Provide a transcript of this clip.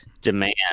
demand